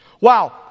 Wow